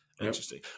interesting